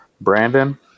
Brandon